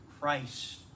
Christ